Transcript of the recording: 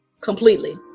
completely